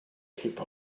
keep